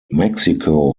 mexico